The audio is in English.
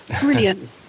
brilliant